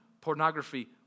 pornography